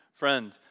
Friend